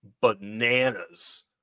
bananas